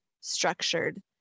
structured